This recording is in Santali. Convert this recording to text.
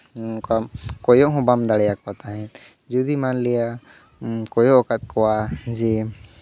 ᱱᱚᱝᱠᱟ ᱠᱚᱭᱚᱜ ᱦᱚᱸ ᱵᱟᱢ ᱫᱟᱲᱮᱭᱟᱠᱚ ᱛᱟᱦᱮᱸᱫ ᱡᱩᱫᱤ ᱢᱟᱱᱞᱤᱭᱟᱹ ᱠᱚᱭᱚᱜ ᱟᱠᱟᱫ ᱠᱚᱣᱟᱢ ᱡᱮ